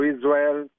Israel